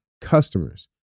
customers